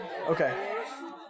Okay